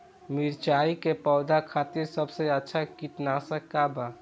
मिरचाई के पौधा खातिर सबसे अच्छा कीटनाशक का बा?